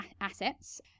assets